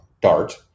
dart